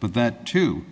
but that too